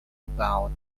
about